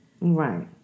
Right